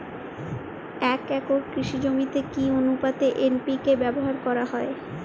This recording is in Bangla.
এক একর কৃষি জমিতে কি আনুপাতে এন.পি.কে ব্যবহার করা হয়?